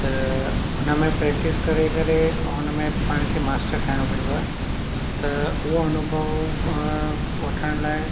त हुनमें प्रैक्टिस करे करे ऐं उनमें पाण खे मास्टर ठाहिणो पवंदो आहे त उहा अनुभव अ वठण लाइ